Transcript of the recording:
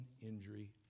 injury